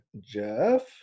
jeff